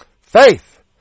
Faith